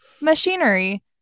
machinery